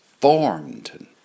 formed